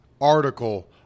article